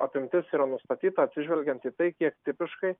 apimtis yra nustatyta atsižvelgiant į tai kiek tipiškai